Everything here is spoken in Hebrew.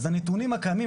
אז הנתונים הקיימים,